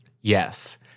Yes